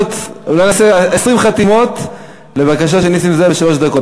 20 חתימות לבקשה של נסים זאב לשלוש דקות.